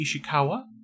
Ishikawa